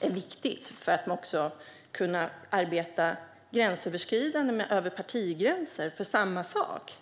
är viktig för att kunna arbeta gränsöverskridande över partigränser för samma sak.